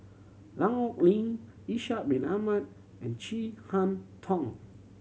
Lan Ong Li Ishak Bin Ahmad and Chin Harn Tong